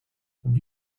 wie